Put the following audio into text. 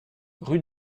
rue